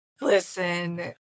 Listen